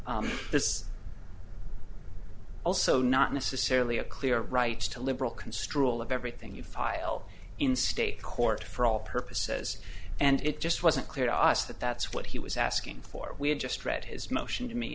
counsel this also not necessarily a clear right to liberal construal of everything you file in state court for all purposes and it just wasn't clear to us that that's what he was asking for we had just read his motion to me